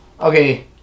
Okay